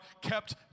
kept